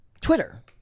Twitter